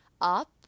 up